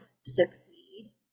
succeed